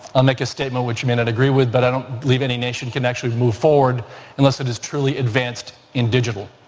i'll make a statement which you may not agree with but i don't believe any nation can actually move forward unless it is truly advanced in digital.